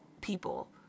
people